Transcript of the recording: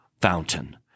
fountain